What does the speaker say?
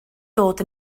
dod